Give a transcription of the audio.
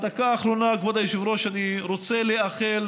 בדקה האחרונה, כבוד היושב-ראש, אני רוצה לאחל